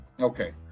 Okay